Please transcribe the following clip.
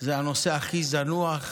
זה הנושא הכי זנוח.